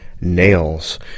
Nails